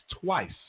twice